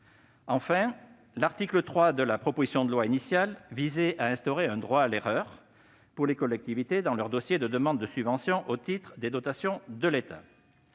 Enfin, l'article 3 de la proposition de loi initiale visait à instaurer un « droit à l'erreur » pour les collectivités dans leur dossier de demande de subvention au titre des dotations de l'État.